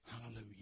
Hallelujah